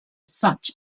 such